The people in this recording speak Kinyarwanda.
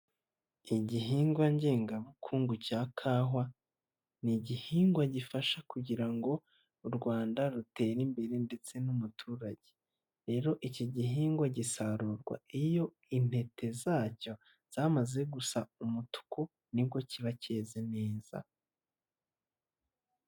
Igihingwa ngengabukungu cya kahwa ni igihingwa gifasha kugira ngo u Rwanda rutere imbere ndetse n'umuturage, rero iki gihingwa gisarurwa iyo intete zacyo zamaze gusa umutuku nibwo kiba cyeze neza.